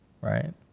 right